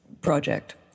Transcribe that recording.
Project